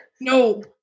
no